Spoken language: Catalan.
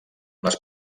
les